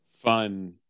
fun